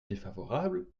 défavorable